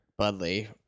Budley